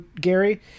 gary